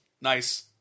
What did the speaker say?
Nice